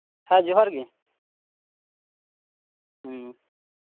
ᱥᱮᱨ ᱡᱚᱦᱟᱨᱜᱮ ᱦᱮᱸ